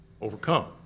overcome